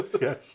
Yes